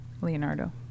Leonardo